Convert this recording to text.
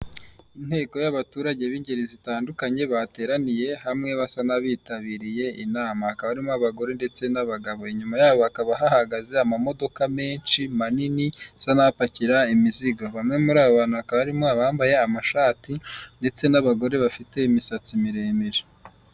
Inteko y'abaturage b'ingeri zitandukanye bateraniye hamwe basa n'abitabiriye inama . Bakaba barimo abagore ndetse n'abagabo inyuma yabo hakaba hahagaze amamodoka menshi manini n'abayapakira imizigo. Bamwe muri aba bantu bakaba barimo abambaye amashati ndetse n'abagore bafite imisatsi miremire.